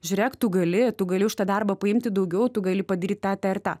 žiūrėk tu galitu gali už tą darbą paimti daugiau tu gali padaryt tą tą ir tą